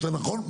יותר נכון,